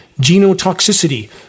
genotoxicity